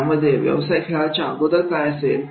यामध्ये व्यवसाय खेळाच्या अगोदर काय असेल